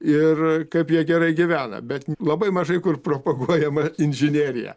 ir kaip jie gerai gyvena bet labai mažai kur propaguojama inžinerija